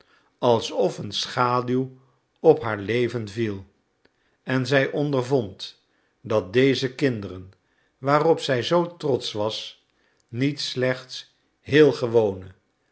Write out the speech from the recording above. alsof een schaduw op haar leven viel en zij ondervond dat deze kinderen waarop zij zoo trotsch was niet slechts heel gewone